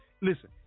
listen